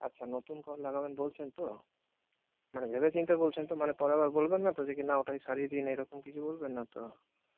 আচ্ছা নতুন কল লাগাবেন বলছেন তো মানে ভেবে চিন্তে বলছেন তো মানে পরে আবার বলবেন না তো যে কী না ওটাই সারিয়ে দিন এরকম কিছু বলবেন না তো